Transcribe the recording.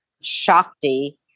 shakti